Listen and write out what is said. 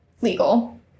legal